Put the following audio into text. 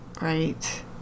Right